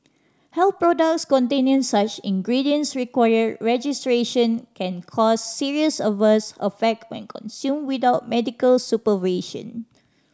health products containing such ingredients require registration can cause serious adverse affect when consumed without medical supervision